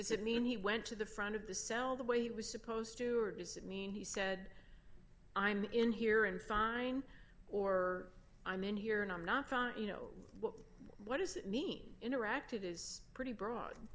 does it mean he went to the front of the cell the way he was supposed to or does it mean he said i'm in here and fine or i'm in here and i'm not you know what does that mean interactive is pretty broad